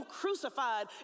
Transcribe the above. crucified